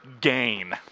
gain